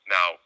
Now